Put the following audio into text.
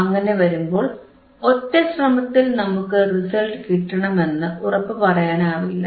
അങ്ങനെവരുമ്പോൾ ഒറ്റ ശ്രമത്തിൽ നമുക്ക് റിസൽറ്റ് കിട്ടണമെന്നു ഉറപ്പു പറയാനാവില്ല